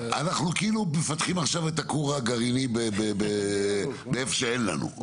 אנחנו כאילו מפתחים עכשיו את הכור הגרעיני איפה שאין לנו.